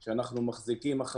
משרדי הממשלה וכדומה.